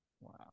Wow